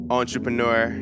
entrepreneur